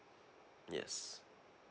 yes